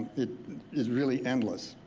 it is really endless.